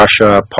Russia